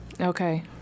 Okay